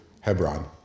Hebron